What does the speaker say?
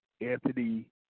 Anthony